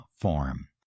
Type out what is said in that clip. form